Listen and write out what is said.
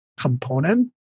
Component